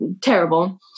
terrible